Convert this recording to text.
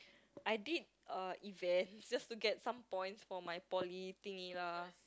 I did uh events just to get some points for my poly thinggy lah